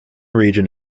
region